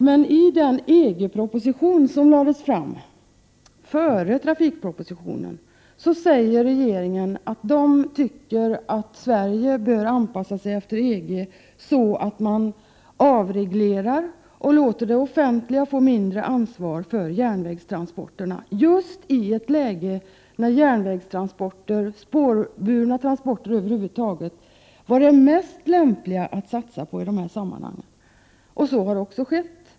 Men i den EG-proposition som lades fram före trafikpropositionen säger regeringen att den tycker att Sverige bör anpassa sig efter EG, så att man avreglerar och låter det offentliga får mindre ansvar för järnvägstransporterna. Detta händer just i ett läge när järnvägstransporter och spårburna transporter över huvud taget vore det mest lämpliga att satsa på. Nu har förslagen genomförts.